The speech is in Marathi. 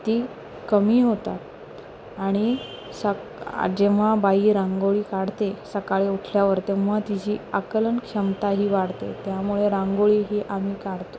ती कमी होतात आणि सक जेव्हा बाई रांगोळी काढते सकाळी उठल्यावर तेव्हा तिची आकलनक्षमताही वाढते त्यामुळे रांगोळी ही आम्ही काढतोच